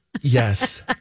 Yes